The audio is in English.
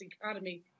economy